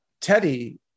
Teddy